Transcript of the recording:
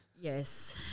Yes